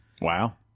Wow